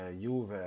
Juve